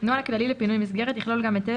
נוהל כללי לפינוי מסגרת יכלול גם את אלה